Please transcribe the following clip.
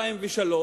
2 ו-3,